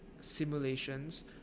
simulations